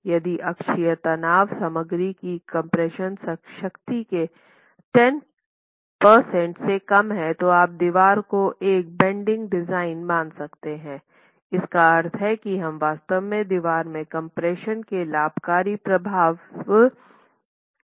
यदि अक्षीय तनाव सामग्री की कम्प्रेशन शक्ति के 10 प्रतिशत से कम है तो आप दीवार को एक बेन्डिंग डिज़ाइन मान सकते हैं इसका अर्थ है कि हम वास्तव में दीवार में कम्प्रेशन के लाभकारी प्रभाव निर्भर नहीं हैं